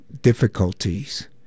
difficulties